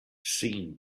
seen